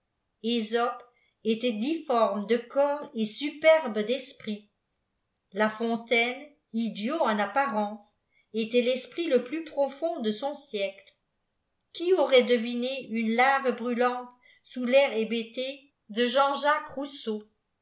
esope était disbrme de corps et superbe d'esprit lafontaine idiot en apparence était tesprit le plus profond de son siècle qui aurait deviné une lave brûlante sous tair hébété de j rousseau